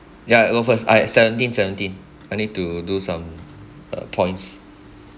ya you go first I seventeen seventeen I need to do some uh points